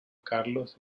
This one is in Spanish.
carlos